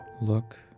Look